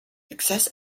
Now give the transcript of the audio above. excess